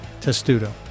Testudo